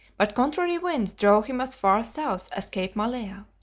but contrary winds drove him as far south as cape malea.